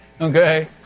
okay